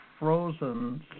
frozen